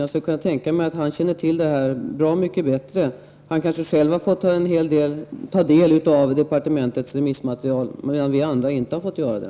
Jag skulle kunna tänka mig att han känner till detta bra mycket bättre. Han kanske själv har fått ta del av departementets remissmaterial, medan vi andra inte har fått göra det.